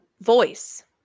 voice